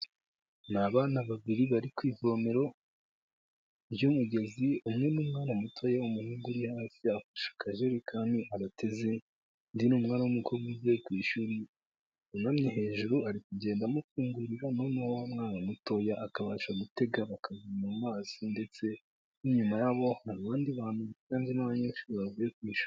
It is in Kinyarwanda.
Ni abana babiri bari ku ivomero ry'umugezi, umwe ni umwana mutoya w'umuhungu uri hasi afashe akajerikani arateze, undi ni umwana w'umukobwa uvuye ku ishuri wunamye hejuru, ari kugenda amufungurira noneho wa mwana mutoya akabasha gutega, bakabona amazi ndetse n'inyuma yabo, hari abandi bantu biganjemo abanyeshuri bavuye ku ishuri.